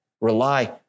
Rely